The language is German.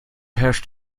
herrscht